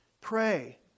Pray